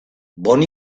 bonne